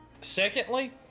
secondly